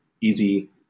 easy